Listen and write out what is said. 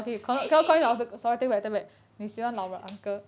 eh eh eh